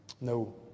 No